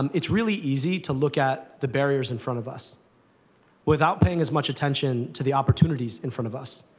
um it's really easy to look at the barriers in front of us without paying as much attention to the opportunities in front of us.